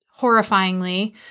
horrifyingly